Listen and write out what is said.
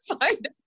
find